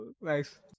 Nice